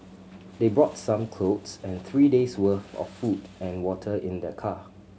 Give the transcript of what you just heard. they brought some clothes and three days' worth of food and water in their car